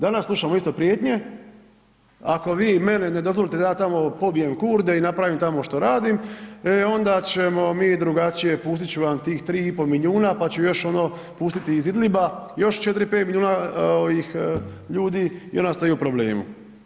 Danas slušamo isto prijetnje, ako vi meni ne dozvolite da ja tamo pobijem Kurde i napravim tamo što radim, e onda ćemo mi drugačije, pustit ću vam tih 3,5 milijuna pa ću još pustiti iz Idliba, još 4, 5 milijuna ljudi i onda ste u problemu.